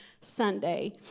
Sunday